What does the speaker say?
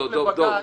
בטענות לבג"ץ,